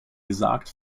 gesagt